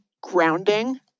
grounding